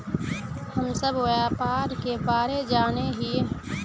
हम सब व्यापार के बारे जाने हिये?